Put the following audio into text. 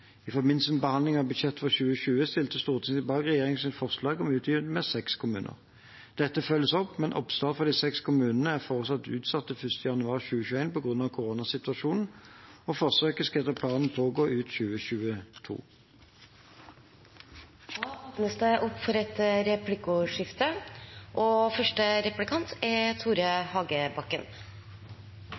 i dag deltar fem kommuner. I forbindelse med behandlingen av budsjettet for 2020 stilte Stortinget seg bak regjeringens forslag om å utvide med seks kommuner. Dette følges opp, men oppstart for de seks kommunene er foreslått utsatt til 1. januar 2021 på grunn av koronasituasjonen. Forsøket skal etter planen pågå ut 2022. Det blir replikkordskifte. Det jeg oppfatter normalt er